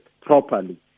properly